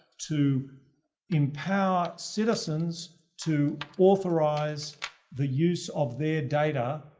to empower citizens to authorize the use of their data.